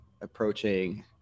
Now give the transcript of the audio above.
approaching